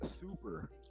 super